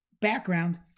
background